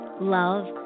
love